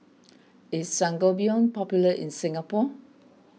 is Sangobion popular in Singapore